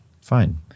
fine